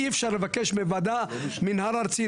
אי אפשר לבקש מהמינהל הארצי,